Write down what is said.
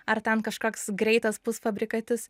ar ten kažkoks greitas pusfabrikatis